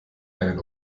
einen